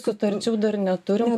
sutarčių dar neturim